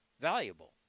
valuable